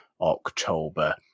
October